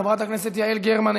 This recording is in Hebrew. חברת הכנסת יעל גרמן,